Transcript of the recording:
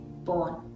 born